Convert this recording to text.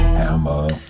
hammer